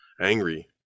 angry